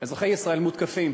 אזרחי ישראל, מותקפים